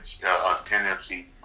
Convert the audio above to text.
NFC